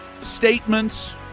statements